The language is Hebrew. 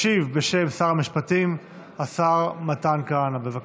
ישיב בשם שר המשפטים השר מתן כהנא, בבקשה.